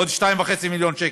עוד 2.5 מיליון שקל,